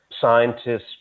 scientists